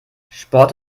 sport